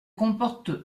comporte